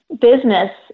business